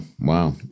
wow